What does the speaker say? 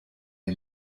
den